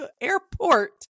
airport